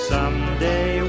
Someday